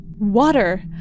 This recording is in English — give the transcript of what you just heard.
Water